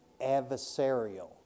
adversarial